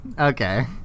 Okay